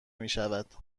میشود